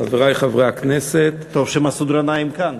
חברי חברי הכנסת, טוב שמסעוד גנאים כאן.